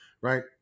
Right